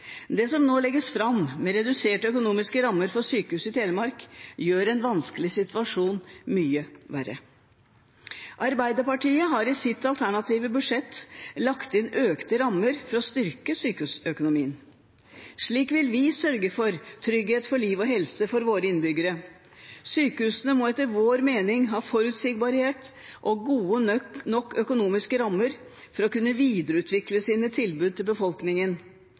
det som nå legges fram, med reduserte økonomiske rammer for Sykehuset Telemark, gjør en vanskelig situasjon mye verre. Arbeiderpartiet har i sitt alternative budsjett lagt inn økte rammer for å styrke sykehusøkonomien. Slik vil vi sørge for trygghet for liv og helse for våre innbyggere. Sykehusene må etter vår mening ha forutsigbarhet og gode nok økonomiske rammer for å kunne videreutvikle sine tilbud til befolkningen